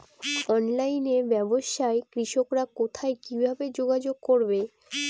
অনলাইনে ব্যবসায় কৃষকরা কোথায় কিভাবে যোগাযোগ করবে?